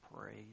praise